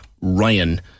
Ryan